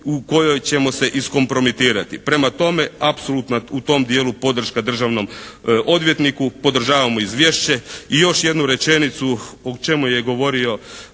u kojoj ćemo se iskompromitirati. Prema tome apsolutna u tom dijelu podrška Državnom odvjetniku. Podržavamo izvješće. I još jednu rečenicu o čemu je govorio